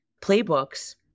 playbooks